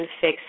Fix